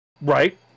right